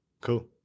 Cool